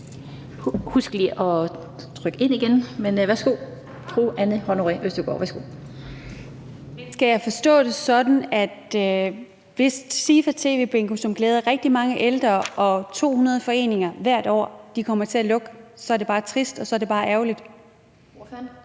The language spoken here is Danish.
Østergaard. Kl. 19:21 Anne Honoré Østergaard (V): Skal jeg forstå det sådan, at hvis SIFA TVBingo, som glæder rigtig mange ældre og 200 foreninger hvert år, kommer til at lukke, så er det bare trist, og så er det bare ærgerligt?